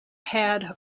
had